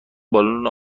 بالن